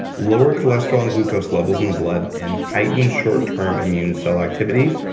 lower cholesterol and glucose levels in the blood, and heighten short-term immune cell activity,